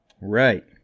Right